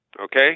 okay